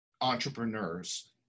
entrepreneurs